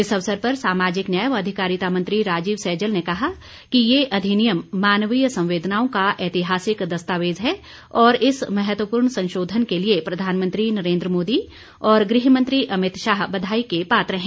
इस अवसर पर सामाजिक न्याय व अधिकारिता मंत्री राजीव सैजल ने कहा कि ये अधिनियम मानवीय संवेदनाओं का ऐतिहासिक दस्तावेज है और इस महत्वपूर्ण संशोधन के लिए प्रधानमंत्री नरेन्द्र मोदी और गृह मंत्री अमित शाह बधाई के पात्र हैं